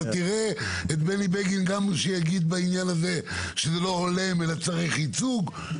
אתה תראה את בני בגין גם שיגיד בעניין הזה שזה לא הולם אלא צריך ייצוג.